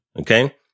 Okay